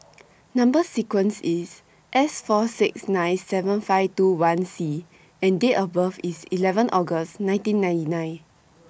Number sequence IS S four six nine seven five two one C and Date of birth IS eleven August nineteen ninety nine